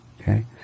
Okay